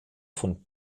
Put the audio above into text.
von